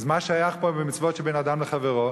אז מה שייך פה מצוות שבין אדם לחברו?